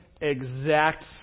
exact